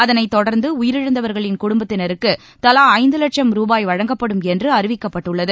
அதனைத் தொடர்ந்து உயிரிழந்தவர்களின் குடும்பங்களுக்கு தலா ஐந்து லட்சம் ரூபாய் வழங்கப்படும் என்று அறிவிக்கப்பட்டுள்ளது